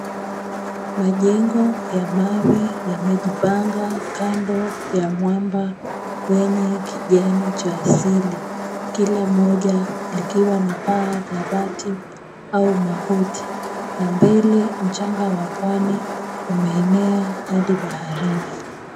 Majengo ya mawe yamejipanga kando ya mwamba wenye kijani cha asili, kila moja likiwa na paa la bati au makuti na mbele mchanga wa pwani umeenea hadi baharini.